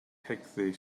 cegddu